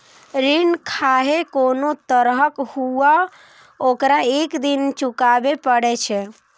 ऋण खाहे कोनो तरहक हुअय, ओकरा एक दिन चुकाबैये पड़ै छै